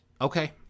Okay